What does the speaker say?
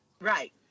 Right